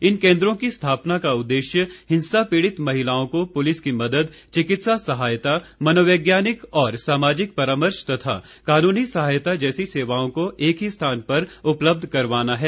इन केंद्रों की स्थापना का उद्देश्य हिंसा पीड़ित महिलाओं को पुलिस की मदद चिकित्सा सहायता मनोवैज्ञानिक और सामाजिक परामर्श तथा कानूनी सहायता जैसी सेवाओं को एक ही स्थान पर उपलब्ध करवाना है